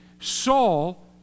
Saul